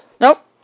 Nope